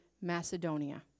Macedonia